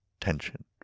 tension